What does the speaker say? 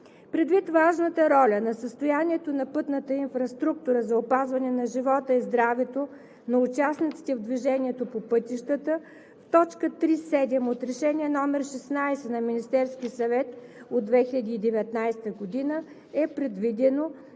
Предвид важната роля на състоянието на пътната инфраструктура за опазване на живота и здравето на участниците в движението по пътищата в т. 3.7 от Решение № 16 на Министерския съвет от 2019 г. е предвидено